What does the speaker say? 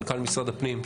מנכ"ל משרד הפנים,